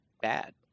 bad